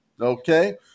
Okay